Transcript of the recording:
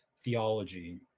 theology